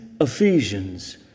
Ephesians